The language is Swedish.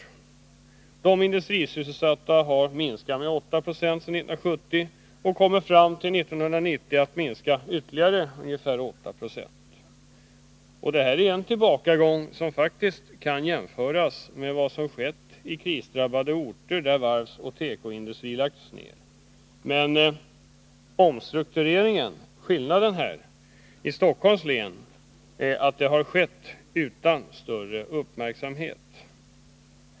Antalet industrisysselsatta har minskat med 8 90 sedan 1970 och kommer fram till 1990 att minska med ytterligare ca 8 20. Det är en tillbakagång som faktiskt kan jämföras med vad som skett i krisdrabbade orter, där varvsoch tekoindustri lagts ned. Men skillnaden är att omstruktureringen i Stockholms län har skett utan större uppmärksamhet.